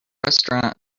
restaurant